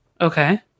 Okay